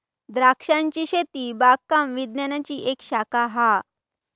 द्रांक्षांची शेती बागकाम विज्ञानाची एक शाखा हा